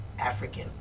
African